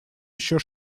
еще